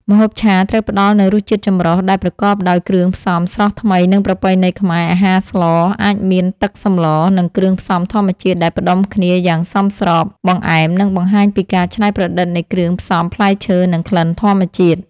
ម្ហូបឆាត្រូវផ្តល់នូវរសជាតិចម្រុះ ដែលប្រកបដោយគ្រឿងផ្សំស្រស់ថ្មីនិងប្រពៃណីខ្មែរ អាហារស្លអាចមានទឹកសម្ល និងគ្រឿងផ្សំធម្មជាតិដែលផ្គុំគ្នាយ៉ាងសមស្រប បង្អែមនឹងបង្ហាញពីការច្នៃប្រឌិតនៃគ្រឿងផ្សំផ្លែឈើ និងក្លិនធម្មជាតិ